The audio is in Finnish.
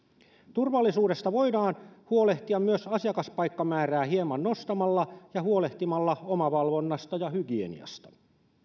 turvallisuudesta voidaan huolehtia myös asiakaspaikkamäärää hieman nostamalla ja huolehtimalla omavalvonnasta ja hygieniasta